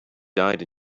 died